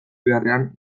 beharrean